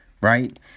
right